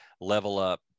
level-up